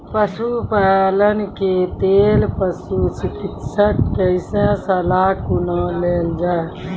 पशुपालन के लेल पशुचिकित्शक कऽ सलाह कुना लेल जाय?